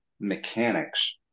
mechanics